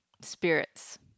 spirits